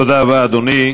תודה רבה, אדוני.